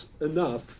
enough